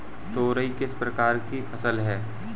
तोरई किस प्रकार की फसल है?